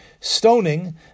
stoning